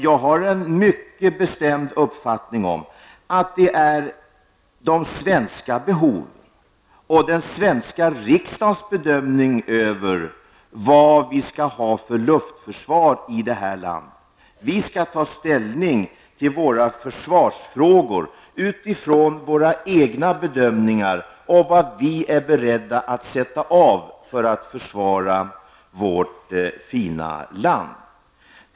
Jag har den mycket bestämda uppfattningen att det avgörande är de svenska behoven och den svenska riksdagens bedömning av vad vi skall ha för luftförsvar i detta land. Vi skall ta ställning till våra försvarsfrågor utifrån våra egna bedömningar av vad vi är beredda att satsa för att försvara vårt fina land.